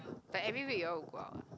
but every week you all will go out ah